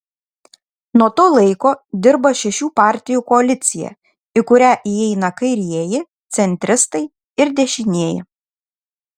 nuo to laiko dirba šešių partijų koalicija į kurią įeina kairieji centristai ir dešinieji